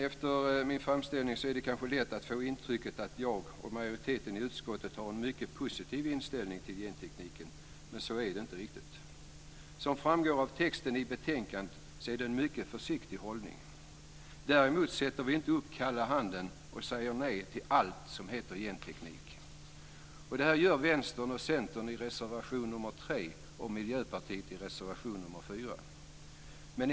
Efter min framställning är det kanske lätt att få intrycket att jag och majoriteten i utskottet har en mycket positiv inställning till gentekniken, men så är det inte riktigt. Som framgår av texten i betänkandet är det en mycket försiktig hållning. Däremot sätter vi inte upp kalla handen och säger nej till allt som heter genteknik. Detta gör Centern och Vänstern i reservation nr 3 och Miljöpartiet i reservation nr 4.